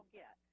get